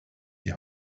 die